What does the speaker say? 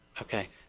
okay?